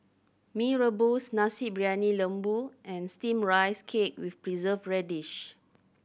Mee Rebus Nasi Briyani Lembu and Steamed Rice Cake with Preserved Radish